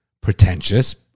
pretentious